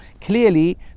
clearly